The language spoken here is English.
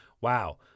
wow